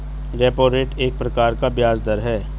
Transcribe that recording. repo rate एक प्रकार का ब्याज़ दर है